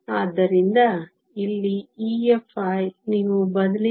ಆದ್ದರಿಂದ ಇಲ್ಲಿ EFi ನೀವು ಬದಲಿ ಮಾಡಿದರೆ 0